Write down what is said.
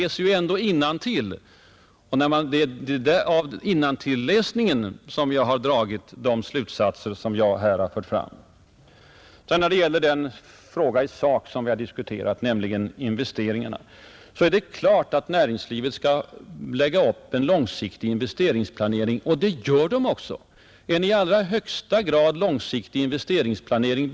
Men jag läser innantill, och det är av innantilläsningen som jag har dragit de slutsatser jag här har fört fram. När det sedan gäller den fråga i sak som vi har diskuterat, nämligen investeringarna, är det klart att näringslivet skall lägga upp en långsiktig investeringsplanering — och det gör man också inom näringslivet. Man bedriver i näringslivet en i allra högsta grad långsiktig investeringsplanering.